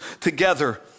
together